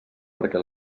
perquè